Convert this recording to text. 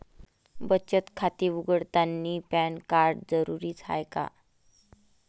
बचत खाते उघडतानी पॅन कार्ड जरुरीच हाय का?